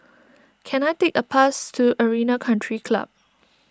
can I take a bus to Arena Country Club